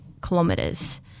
kilometers